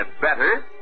better